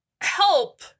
Help